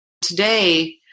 today